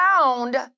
found